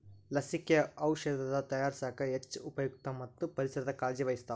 ಲಸಿಕೆ, ಔಔಷದ ತಯಾರಸಾಕ ಹೆಚ್ಚ ಉಪಯುಕ್ತ ಮತ್ತ ಪರಿಸರದ ಕಾಳಜಿ ವಹಿಸ್ತಾವ